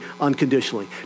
unconditionally